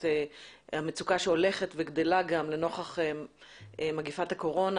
את המצוקה שהולכת וגדלה גם לנוכח מגפת הקורונה,